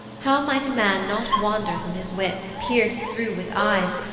how might a man not wander from his wits pierced through with eyes,